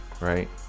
right